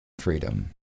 freedom